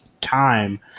time